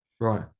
Right